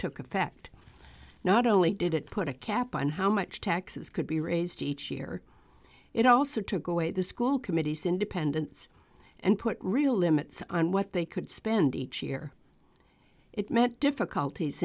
took effect not only did it put a cap on how much taxes could be raised each year it also took away the school committee's independence and put real limits on what they could spend each year it meant difficulties